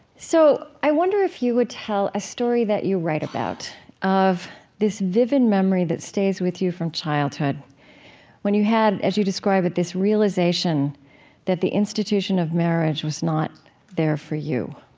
so i wonder if you would tell a story that you write about of this vivid memory that stays with you from childhood when you had, as you describe it, this realization that the institution of marriage was not there for you